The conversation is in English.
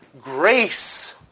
Grace